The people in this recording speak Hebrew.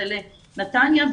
זה לנתניה,